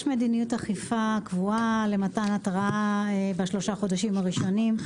יש מדיניות אכיפה קבועה למתן התראה בשלושה חודשים הראשונים.